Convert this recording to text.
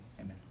Amen